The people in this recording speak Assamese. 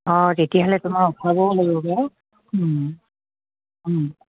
অঁ তেতিয়াহ'লে তোমাৰ উঠাবও লাগিব বাৰু